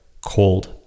cold